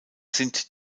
sind